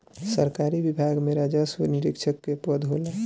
सरकारी विभाग में राजस्व निरीक्षक के पद होला